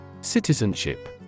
Citizenship